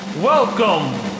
Welcome